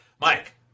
Mike